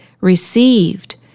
received